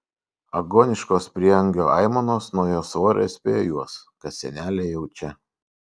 agoniškos prieangio aimanos nuo jos svorio įspėjo juos kad senelė jau čia